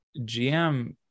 GM